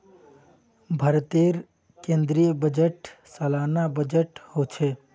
भारतेर केन्द्रीय बजट सालाना बजट होछे